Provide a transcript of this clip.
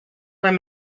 where